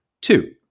Two